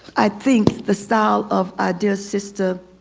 i think the style of our dear sister